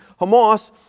Hamas